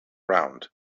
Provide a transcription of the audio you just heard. round